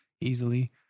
easily